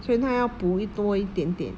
所以她要补多一点点